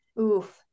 oof